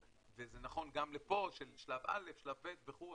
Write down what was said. זה נכון גם לפה, שלב א', שלב ב' וכו'.